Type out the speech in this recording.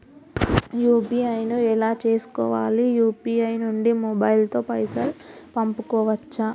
UPI ను ఎలా చేస్కోవాలి యూ.పీ.ఐ నుండి మొబైల్ తో పైసల్ పంపుకోవచ్చా?